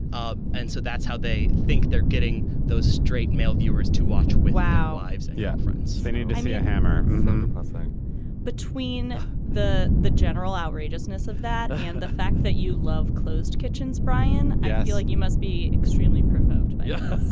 um and so that's how they think they're getting those straight male viewers to watch. wow ives and yeah reference they need to see a hammer hustling between the the general outrageousness of that and the fact that you love closed kitchens. brian. yeah. i feel like you must be extremely provoked but yeah,